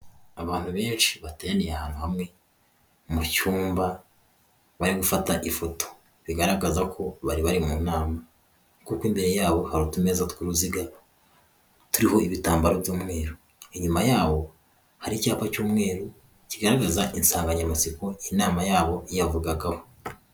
Abantu benshi bateraniye ahantu hamwe mu cyumba, bari gufata ifoto bigaragaza ko bari bari mu nama, kuko imbere yabo hari utumeza tw'uruziga turiho ibitambaro by'umweru, inyuma yabo hari icyapa cy'umweru kigaragaza insanganyamatsiko inama yabo yavugagaho.